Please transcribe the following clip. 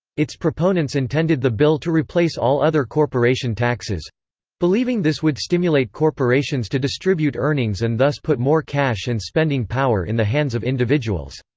its proponents intended the bill to replace all other corporation taxes believing this would stimulate corporations to distribute earnings and thus put more cash and spending power in the hands of individuals.